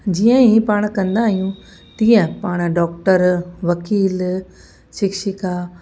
जीअं ई पाण कंदा आहियूं तीअं पाण डॉक्टर वकील शिक्षिका